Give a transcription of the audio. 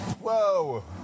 Whoa